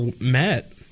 met